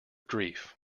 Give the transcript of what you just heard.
grief